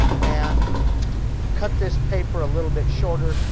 and cut this paper a little bit shorter.